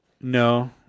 No